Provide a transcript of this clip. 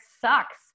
sucks